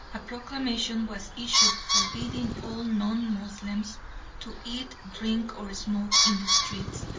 a proclamation was issued forbidding all non-moslems to eat, drink, or smoke in the streets,